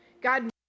God